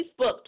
Facebook